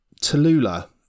Tallulah